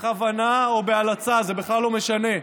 בכוונה או בהלצה, זה בכלל לא משנה,